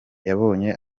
yabonye